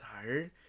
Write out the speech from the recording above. tired